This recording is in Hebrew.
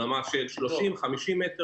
ברמה של 50,30 מ'.